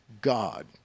God